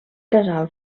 casal